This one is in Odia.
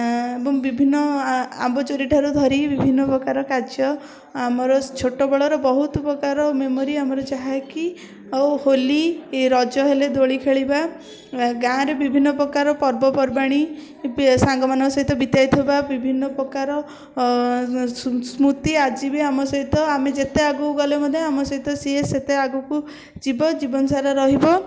ଏବଂ ବିଭିନ୍ନ ଆମ୍ବ ଚୋରୀଠାରୁ ଧରି ବିଭିନ୍ନ ପ୍ରକାର କାର୍ଯ୍ୟ ଆମର ଛୋଟ ବେଳର ବହୁତ ପ୍ରକାର ମେମୋରୀ ଆମର ଯାହାକି ଆଉ ହୋଲି ରଜ ହେଲେ ଦୋଳି ଖେଳିବା ଗାଁ ରେ ବିଭିନ୍ନ ପ୍ରକାର ପର୍ବପର୍ବାଣୀ ସାଙ୍ଗ ମାନଙ୍କ ସହିତ ବିତେଇଥିବା ବିଭିନ୍ନ ପ୍ରକାର ସ୍ମୃତି ଆଜି ବି ଆମ ସହିତ ଆମେ ଯେତେ ଆଗକୁ ଗଲେ ମଧ୍ୟ ଆମ ସହିତ ସିଏ ସେତେ ଆଗକୁ ଯିବ ଜୀବନ ସାରା ରହିବ